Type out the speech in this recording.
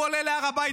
הוא עולה להר הבית,